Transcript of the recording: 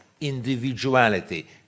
individuality